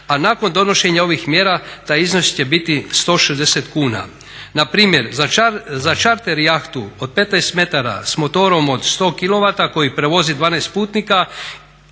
A nakon donošenja ovih mjera taj iznos će biti 160 kuna. Na primjer za čarter i jahtu od 15 metara sa motorom od 100 kilovata koji prevozi 12 putnika